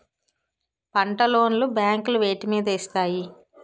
పంట లోన్ లు బ్యాంకులు వేటి మీద ఇస్తాయి?